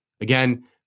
Again